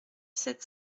sept